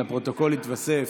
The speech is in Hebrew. לפרוטוקול יתווסף